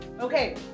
Okay